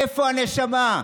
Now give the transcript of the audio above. איפה הנשמה?